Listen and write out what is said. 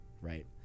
right